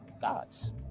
gods